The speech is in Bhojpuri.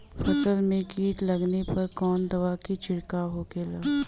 फसल में कीट लगने पर कौन दवा के छिड़काव होखेला?